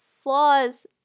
flaws